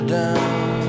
down